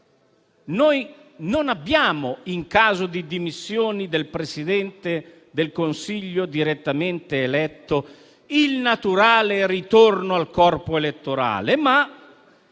noi non abbiamo, in caso di dimissioni del Presidente del Consiglio direttamente eletto, il naturale ritorno al corpo elettorale.